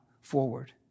forward